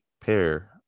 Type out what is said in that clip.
pair